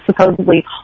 supposedly